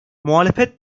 muhalefet